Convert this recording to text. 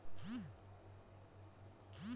চাষ ক্যরতে গ্যালা যে অলেক রকমের বায়ুতে প্রভাব পরে